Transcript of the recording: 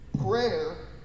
prayer